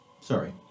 Sorry